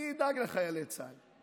מי ידאג לחיילי צה"ל?